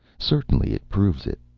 certainly it proves it.